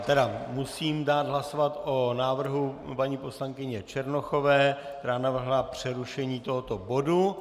Tedy musím dát hlasovat o návrhu paní poslankyně Černochové, která navrhla přerušení tohoto bodu.